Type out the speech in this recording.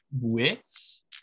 wits